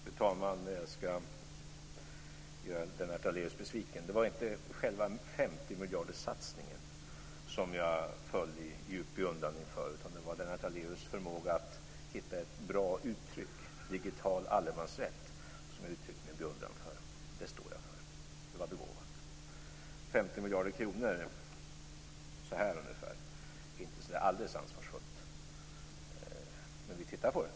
Fru talman! Jag skall göra Lennart Daléus besviken. Det var inte 50-miljarderssatsningen som jag föll i djup beundran för, utan det var Lennart Daléus förmåga att hitta ett bra uttryck, nämligen digital allemansrätt, som jag uttryckte min beundran för. Det står jag för. Det var begåvat. 50 miljarder kronor är inte så alldeles ansvarsfullt. Men vi tittar på det.